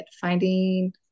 finding